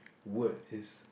word is